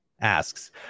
asks